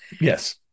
Yes